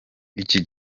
iki